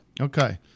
Okay